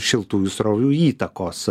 šiltųjų srovių įtakos